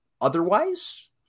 otherwise